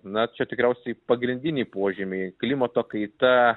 na čia tikriausiai pagrindiniai požymiai klimato kaita